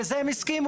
לזה הם הסכימו.